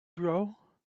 grow